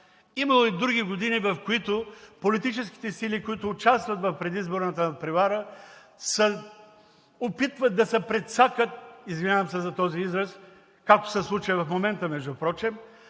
е и други години, в които политическите сили, които участват в предизборната надпревара, се опитват да се прецакат, извинявам се за този израз, както се случи в момента, между другото,